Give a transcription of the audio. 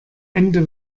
ende